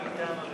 חברי חברי